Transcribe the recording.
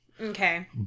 Okay